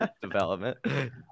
development